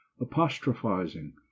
apostrophizing